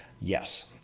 Yes